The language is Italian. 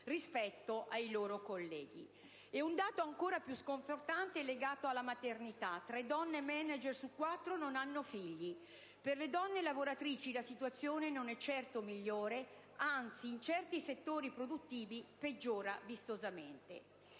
*relatrice*. E un dato ancora più sconfortante è legato alla maternità: tre donne *manager* su quattro non hanno figli. Per le donne lavoratrici, la situazione non è certo migliore, anzi in certi settori produttivi peggiora vistosamente.